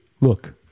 look